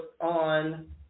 on